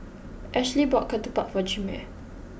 Ashlee bought Ketupat for Chimere